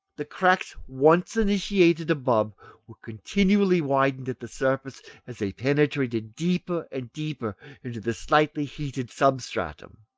the cracks once initiated above would continually widen at the surface as they penetrated deeper and deeper into the slightly heated substratum.